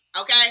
okay